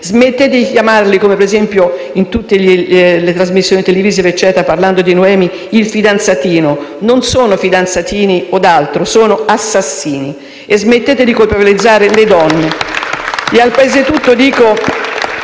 Smettete di chiamarli, come ad esempio in tutte le trasmissioni televisive in cui si parla di Noemi, «il fidanzatino». Non sono fidanzatini o altro: sono assassini. E smettete di colpevolizzare le donne. *(Applausi dai